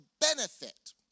benefit